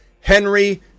Henry